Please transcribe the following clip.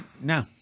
No